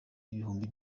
ibihumbi